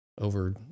over